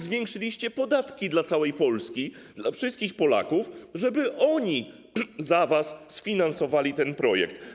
Zwiększyliście tylko podatki dla całej Polski, dla wszystkich Polaków, żeby oni za was sfinansowali ten projekt.